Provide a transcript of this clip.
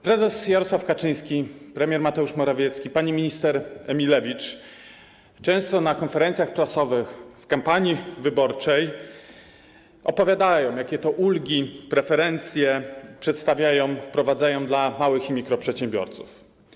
Prezes Jarosław Kaczyński, premier Mateusz Morawiecki, pani minister Emilewicz często na konferencjach prasowych w kampanii wyborczej opowiadali, jakie to ulgi, preferencje przedstawiają, wprowadzają dla małych i mikroprzedsiębiorców.